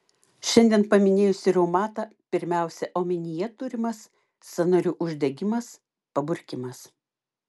šiandien paminėjus reumatą pirmiausia omenyje turimas sąnarių uždegimas paburkimas